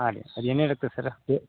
ಹಾಂ ರೀ ಅದು ಏನಿರುತ್ತೆ ಸರ್ರ ಫೀ